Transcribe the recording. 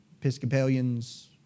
Episcopalians